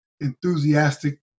enthusiastic